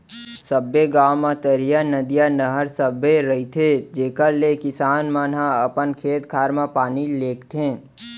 सबे गॉंव म तरिया, नदिया, नहर सबे रथे जेकर ले किसान मन ह अपन खेत खार म पानी लेगथें